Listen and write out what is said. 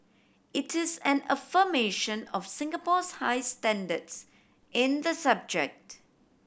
it is an affirmation of Singapore's high standards in the subject